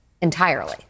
entirely